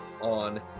on